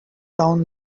down